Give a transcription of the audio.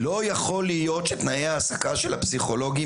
לא יכול להיות שתנאי העסקה של הפסיכולוגים